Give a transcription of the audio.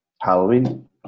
Halloween